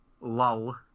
lull